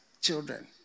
children